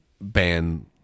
ban